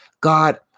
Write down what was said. God